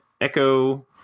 Echo